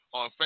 on